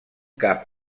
cap